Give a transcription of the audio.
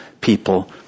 people